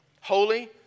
Holy